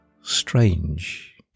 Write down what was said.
strange